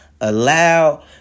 allow